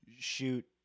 shoot